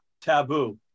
Taboo